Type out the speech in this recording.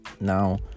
Now